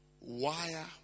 wire